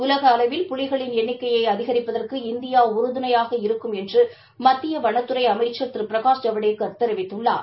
உலக அளவில் புலிகளின் எண்ணிக்கையை அதிகரிப்பதற்கு இந்தியா உறுதுணையாக இருக்கும் என்று மத்திய வனத்துறை திரு பிரகாஷ் ஜவடேக்கர் தெரிவித்துள்ளார்